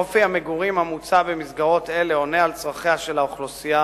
אופי המגורים המוצע במסגרות אלה עונה על צרכיה של האוכלוסייה